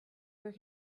where